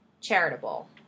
charitable